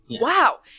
Wow